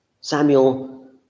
Samuel